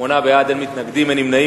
שמונה בעד, אין מתנגדים ואין נמנעים.